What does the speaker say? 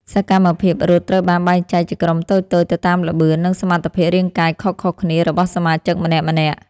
សកម្មភាពរត់ត្រូវបានបែងចែកជាក្រុមតូចៗទៅតាមល្បឿន និងសមត្ថភាពរាងកាយខុសៗគ្នារបស់សមាជិកម្នាក់ៗ។